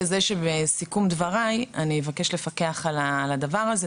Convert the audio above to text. לכך שבסיכום דבריי אני אבקש לפקח על הדבר הזה.